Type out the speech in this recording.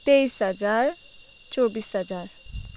तेइस हजार चौबिस हजार